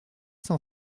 cent